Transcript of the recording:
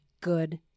good